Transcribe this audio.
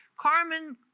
Carmen